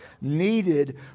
needed